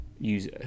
use